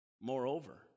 Moreover